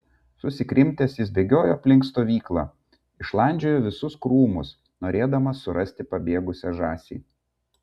susikrimtęs jis bėgiojo aplink stovyklą išlandžiojo visus krūmus norėdamas surasti pabėgusią žąsį